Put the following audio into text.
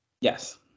Yes